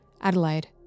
Adelaide